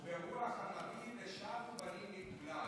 וברוח הנביא, "ושבו בנים לגבולם".